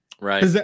Right